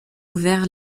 ouvert